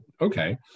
okay